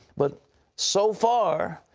but so far,